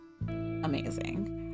amazing